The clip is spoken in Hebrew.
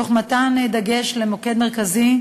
תוך מתן דגש למוקד מרכזי,